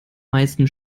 meisten